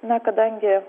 na kadangi